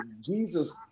Jesus